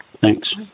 Thanks